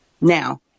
Now